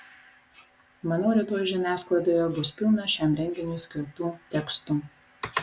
manau rytoj žiniasklaidoje bus pilna šiam renginiui skirtų tekstų